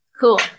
Cool